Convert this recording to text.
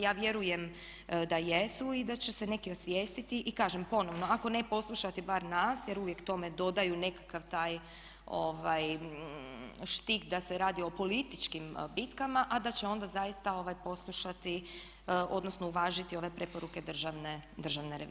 Ja vjerujem da jesu i da će se neki osvijestiti i kažem ponovno ako ne poslušati bar nas jer uvijek tome dodaju nekakav taj štih da se radi o političkim bitkama, a da će onda zaista poslušati, odnosno uvažiti ove preporuke Državne revizije.